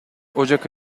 ocak